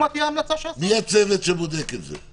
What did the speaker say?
מי הצוות הזה שבודק את זה?